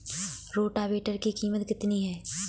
Rotavator की कीमत कितनी है?